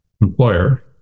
employer